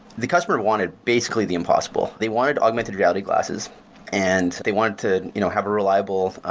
the customer wanted basically the impossible. they wanted augmented reality glasses and they wanted to you know have a reliable,